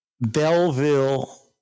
Belleville